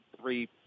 three